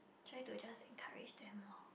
try to just encourage them loh